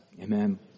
Amen